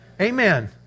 Amen